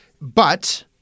but-